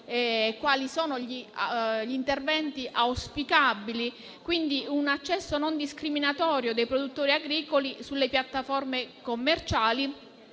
quali sono gli interventi auspicabili, come un accesso non discriminatorio dei produttori agricoli alle piattaforme commerciali,